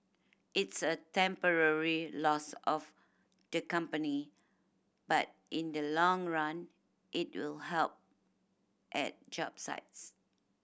it's a temporary loss of the company but in the long run it will help at job sites